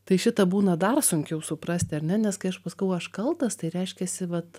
tai šitą būna dar sunkiau suprasti ar ne nes kai aš pasakiau aš kaltas tai reiškiasi vat